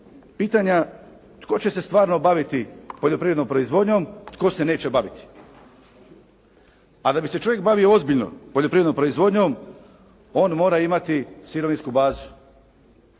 pitanja tko će se stvarno baviti poljoprivrednom proizvodnjom, tko se neće baviti. A da bi se čovjek bavio ozbiljno poljoprivrednom proizvodnjom, on mora imati sirovinsku bazu.